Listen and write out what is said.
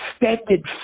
extended